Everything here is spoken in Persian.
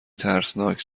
ترسناک